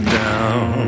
down